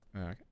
Okay